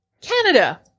Canada